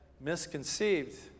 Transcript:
misconceived